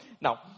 Now